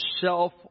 self